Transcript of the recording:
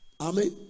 Amen